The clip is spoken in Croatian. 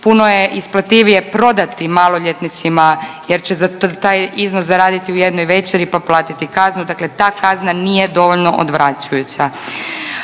puno je isplativije prodati maloljetnicima jer će za taj iznos zaraditi u jednoj večeri pa platiti kazni, dakle ta kazna nije dovoljno odvraćujuća.